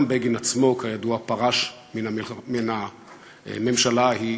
גם בגין עצמו, כידוע, פרש מן הממשלה ההיא